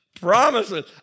promises